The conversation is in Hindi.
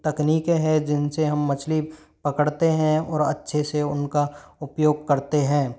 तकनीके हैं जिनसे हम मछली पकड़ते हैं और अच्छे से उनका उपयोग करते हैं